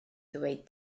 ddweud